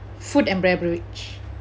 food and beverage